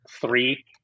Three